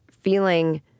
feeling